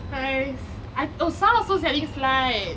!hais! I oh also selling slides